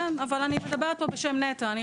כן אבל אני מדברת פה בשם נת"ע.